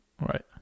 right